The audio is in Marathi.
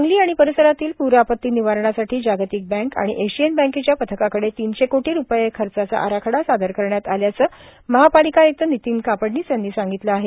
सांगली आणि परिसरातील प्रआपत्ती निवारणासाठी जागतिक बँक आणि एशियन बँकेच्या पथकाकडे तिनशे कोटी रुपये खर्चाचा आराखडा सादर करण्यात आल्याचं महापालिका आय्क्त नितीन कापडणीस यांनी सांगितलं आहे